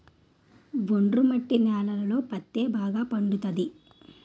ఒండ్రు మట్టి నేలలలో పత్తే బాగా పండుతది